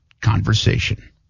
conversation